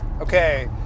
Okay